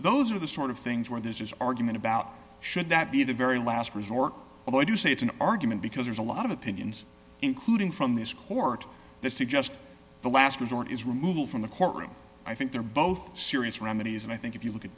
those are the sort of things where there's this argument about should that be the very last resort although i do say it's an argument because there's a lot of opinions including from this court that suggest the last resort is removal from the courtroom i think they're both serious remedies and i think if you look at